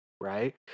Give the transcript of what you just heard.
right